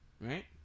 right